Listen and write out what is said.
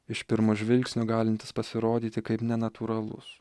iš pirmo žvilgsnio galintis pasirodyti kaip nenatūralus